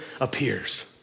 appears